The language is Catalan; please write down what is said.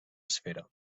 esfera